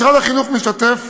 משרד החינוך משתתף